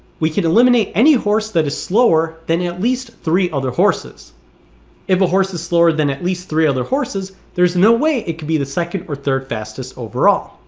we can eliminate any horse that is slower than at least three other horses if a horse is slower than at least three other horses there's no way it could be the second or third fastest overall